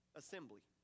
assembly